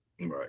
Right